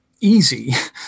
easy